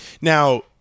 now